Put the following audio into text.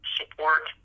support